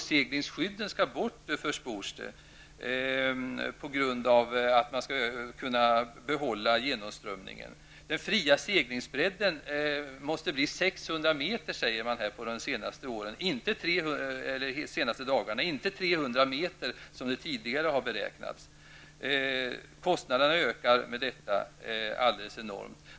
Det förspors att det inte skall vara några påseglingsskydd för att genomströmningen skall kunna behållas. Under senare tid har det sagts att den fria seglingsbredden måste vara 600 meter, inte det tidigare beräknade 300 meter. Kostnaderna ökar enormt.